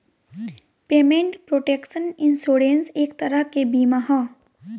payment protection insurance एक तरह के बीमा ह